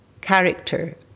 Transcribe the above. character